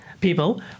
people